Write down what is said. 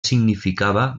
significava